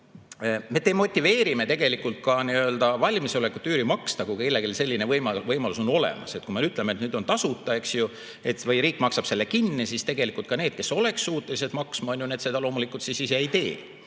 Me demotiveerime tegelikult ka valmisolekut üüri maksta, kui kellelgi selline võimalus on olemas. Kui me ütleme, et nüüd on tasuta, eks ju, või riik maksab selle kinni, siis tegelikult ka need, kes oleks suutelised maksma, seda loomulikult ise ei tee.